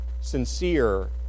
Sincere